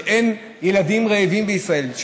שאין ילדים רעבים בישראל,